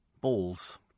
balls